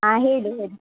ಹಾಂ ಹೇಳಿ ಹೇಳಿ